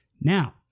Now